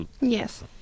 Yes